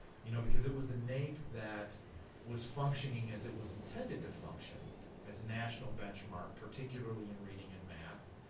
you know because it was the naep that was functioning as it was intended to function as a national benchmark, particularly in reading and math,